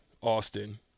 Austin